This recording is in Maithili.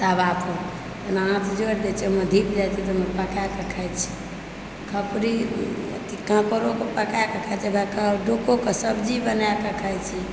तवा पर आँच जोरि दए छै ओहिमे धीप जाइत छै तऽओहिमे पकाए कऽ खाइत छै खपड़ी अथी काकोरोके पकाएके खाइत छै डोको कऽ सब्जी बनाए कऽ खाइत छै